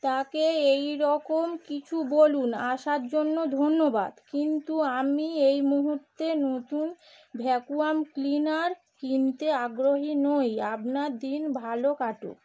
তাকে এই রকম কিছু বলুন আসার জন্য ধন্যবাদ কিন্তু আমি এই মুহূর্তে নতুন ভ্যাকুয়াম ক্লিনার কিনতে আগ্রহী নই আপনার দিন ভালো কাটুক